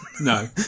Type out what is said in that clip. No